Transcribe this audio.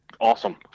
awesome